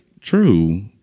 True